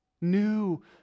new